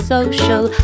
Social